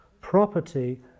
property